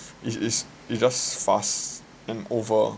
is is just fast and over